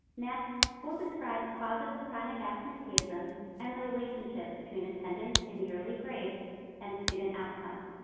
next, we'll describe causes of chronic absenteeism and the relationship between attendance in the early grades and student outcomes.